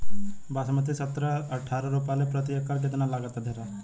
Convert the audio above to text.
बासमती सत्रह से अठारह रोपले पर प्रति एकड़ कितना लागत अंधेरा?